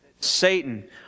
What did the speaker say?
Satan